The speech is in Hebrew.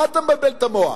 מה אתה מבלבל את המוח?